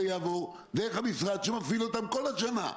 יעבור דרך המשרד שמפעיל אותן כל השנה.